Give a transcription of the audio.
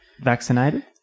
vaccinated